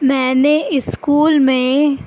میں نے اسکول میں